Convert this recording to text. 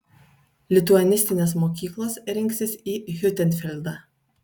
lituanistinės mokyklos rinksis į hiutenfeldą